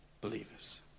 believers